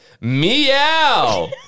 Meow